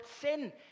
sin